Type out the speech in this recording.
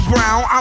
Brown